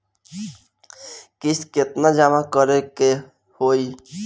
किस्त केतना जमा करे के होई?